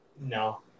No